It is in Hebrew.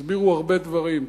תסבירו הרבה דברים,